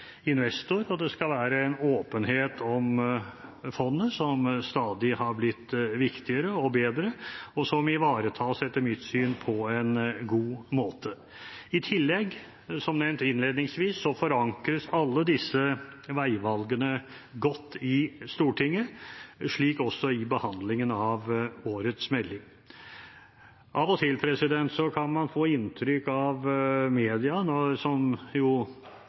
være en åpenhet om fondet, som stadig har blitt viktigere og bedre, og som ivaretas, etter mitt syn, på en god måte. I tillegg, som nevnt innledningsvis, forankres alle disse veivalgene godt i Stortinget, slik også i behandlingen av årets melding. Av og til kan man få inntrykk av i media, som jo